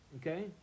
Okay